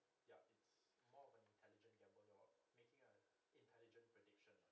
ya it's more of an intelligent gamble you're making an intelligent prediction